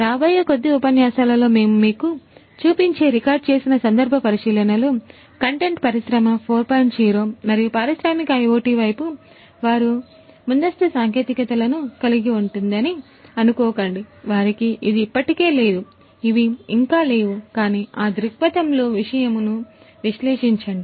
రాబోయే కొద్ది ఉపన్యాసాలలో మేము మీకు చూపించే రికార్డ్ చేసిన సందర్భ పరిశీలనలును విశ్లేషించండి